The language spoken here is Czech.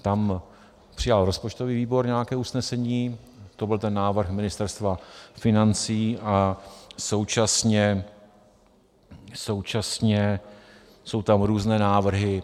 Tam přijal rozpočtový výbor nějaké usnesení, to byl návrh Ministerstva financí, a současně jsou tam různé návrhy.